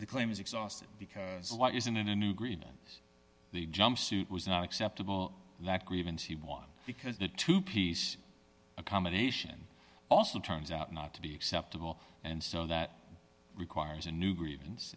the claim is exhausted because why isn't a new green on the jumpsuit was not acceptable like grievance he won because the two piece accommodation also turns out not to be acceptable and so that requires a new grievance